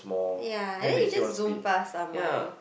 ya and then you just zoom past someone